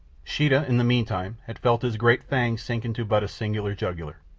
sheeta, in the meanwhile, had felt his great fangs sink into but a single jugular.